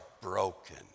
broken